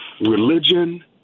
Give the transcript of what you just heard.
Religion